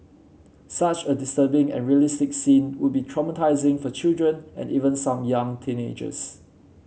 such a disturbing and realistic scene would be traumatising for children and even some young teenagers